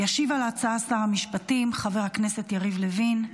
ישיב על ההצעה שר המשפטים חבר הכנסת יריב לוין,